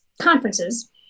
conferences